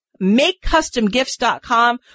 MakeCustomGifts.com